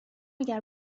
اگه